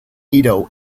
edo